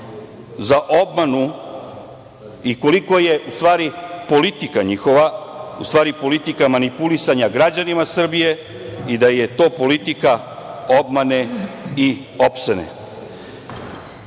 za obmanu i koliko je, u stvari, politika njihova u stvari politika manipulisanja građanima Srbije i da je to politika obmane i opsene? To